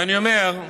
אני אומר,